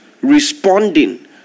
responding